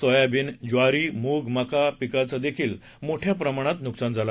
soybean ज्वारी मूग मका पिकाचं देखील मोठ्या प्रमाणात नुकसान झालं